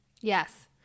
Yes